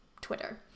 Twitter